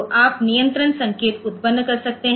तो आप नियंत्रण संकेत उत्पन्न कर सकते हैं